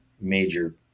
major